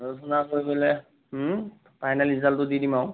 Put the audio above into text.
আলোচনা কৰি পেলাই হু ফাইনেল ৰিজাল্টটো দি দিম আৰু